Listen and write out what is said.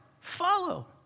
Follow